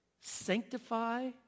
Sanctify